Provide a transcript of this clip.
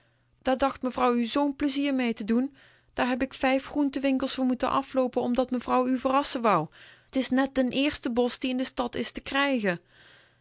dacht mevrouw u zoo'n pleizier mee te doen daar heb ik vijf groentenwinkels voor moeten afloopen omdat mevrouw u verrassen wou t is net de éérste bos die in de stad is te krijgen